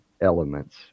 elements